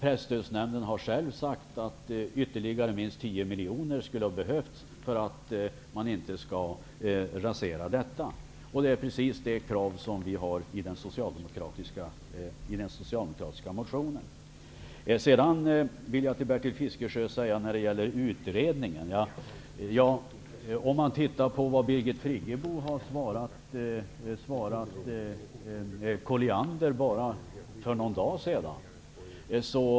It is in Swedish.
Presstödsnämnden har själv sagt att ytterligare minst 10 miljoner skulle ha behövts för att inte rasera hela strategin. Det är precis det kravet som vi har framfört i den socialdemokratiska motionen. När det gäller utredningen vill jag erinra Bertil Colliander bara för någon dag sedan.